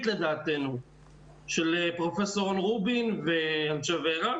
לדעתנו של פרופסור רון רובין ואנשי ור"ה